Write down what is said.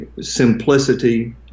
simplicity